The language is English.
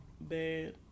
bad